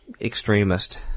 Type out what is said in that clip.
extremist